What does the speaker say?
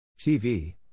TV